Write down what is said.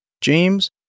James